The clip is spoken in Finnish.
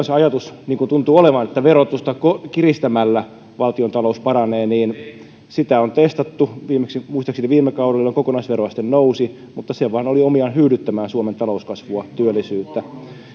se ajatus niin kuin tuntuu olevan että verotusta kiristämällä valtiontalous paranee niin sitä on testattu viimeksi muistaakseni viime kaudella kokonaisveroaste nousi mutta se vain oli omiaan hyydyttämään suomen talouskasvua ja työllisyyttä